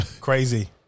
crazy